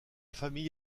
famille